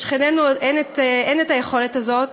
לשכנינו אין היכולת הזאת.